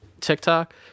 TikTok